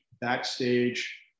Backstage